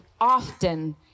often